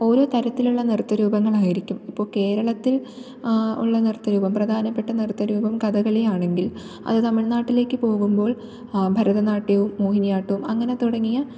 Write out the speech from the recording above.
ഓരോ തരത്തിലുള്ള നൃത്തരൂപങ്ങൾ ആയിരിക്കും ഇപ്പോള് കേരളത്തിൽ ഉള്ള നൃത്തരൂപം പ്രധാനപ്പെട്ട നൃത്തരൂപം കഥകളി ആണെങ്കിൽ അത് തമിഴ് നാട്ടിലേക്ക് പോകുമ്പോൾ ഭാരതനാട്യവും മോഹിനിയാട്ടവും അങ്ങനെ തുടങ്ങിയ